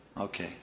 Okay